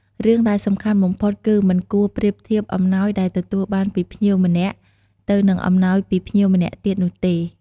រឿងដែលសំខាន់បំផុតគឺ មិនគួរប្រៀបធៀប អំណោយដែលទទួលបានពីភ្ញៀវម្នាក់ទៅនឹងអំណោយពីភ្ញៀវម្នាក់ទៀតនោះទេ។